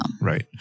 right